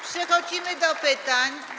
Przechodzimy do pytań.